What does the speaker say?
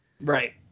Right